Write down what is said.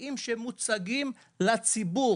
הכספיים שמוצגים לציבור,